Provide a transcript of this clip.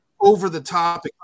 over-the-top